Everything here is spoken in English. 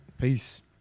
Peace